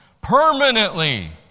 permanently